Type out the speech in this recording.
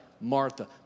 Martha